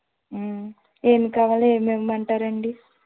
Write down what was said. ఏం కావాలి ఏం ఇమ్మంటారండీ